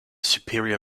superior